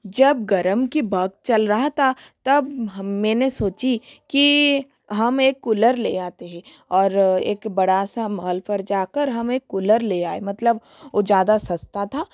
जब गर्म की बक चल रहा था तब मैंने सोचा कि हम एक कूलर ले आते हैं और एक बड़ा सा मॉल पर जा कर हम एक कूलर ले आए मतलब वो ज़्यादा सस्ता था